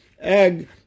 Egg